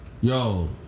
yo